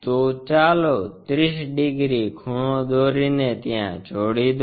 તો ચાલો 30 ડિગ્રી ખૂણો દોરીને ત્યાં જોડી દો